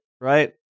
right